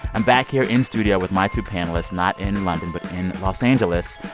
i'm back here in studio with my two panelists not in london but in los angeles.